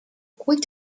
quick